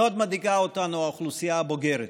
מאוד מדאיגה אותנו האוכלוסייה הבוגרת,